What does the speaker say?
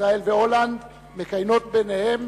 ישראל והולנד מקיימות ביניהן